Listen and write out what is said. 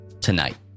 tonight